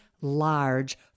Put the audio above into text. large